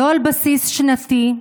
לא על בסיס שנתי,